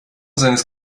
seines